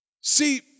See